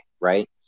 Right